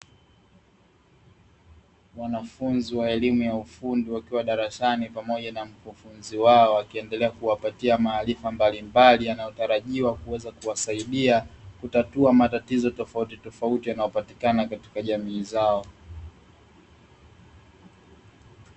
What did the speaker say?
Wanafunzi wa elimu ya ufundi wakiwa darasani pamoja na mkufunzi wao, akiendelea kuwapatia maarifa mbalimbali, yanayotarajiwa kuweza kuwasaidia kutatua matatizo tofautitofauti, yanayopatikana katika jamii zao.